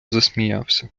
засміявся